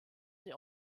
sie